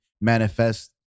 manifest